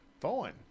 fine